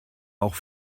auch